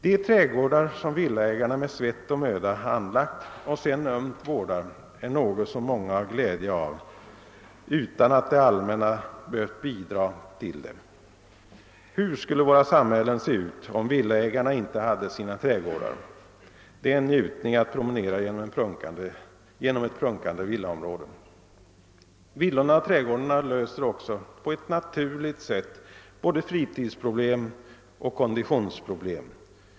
De trädgårdar som villaägarna med svett och möda anlagt och sedan ömt vårdar är något som många har glädje av, utan att det allmänna har behövt bidraga till det. Hur skulle våra samhällen se ut, om villaägarna inte hade sina trädgårdar? Det är en njutning att promenera genom ett prunkande villaområde. Villorna och trädgårdarna löser också på ett naturligt sätt både fritidsproblem och konditionsproblem.